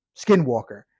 Skinwalker